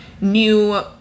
new